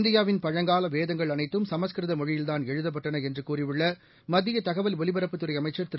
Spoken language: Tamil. இந்தியாவின் பழங்கால வேதங்கள் அனைத்தும் சமஸ்கிருத மொழியில்தான் எழுதப்பட்டன என்று கூறியுள்ள மத்திய தகவல் ஒலிபரப்புத் துறை அமைச்சர் திரு